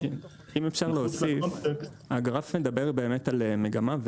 אם אפשר להוסיף, הגרף מדבר באמת על מגמה.